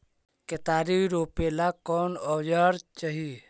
केतारी रोपेला कौन औजर चाही?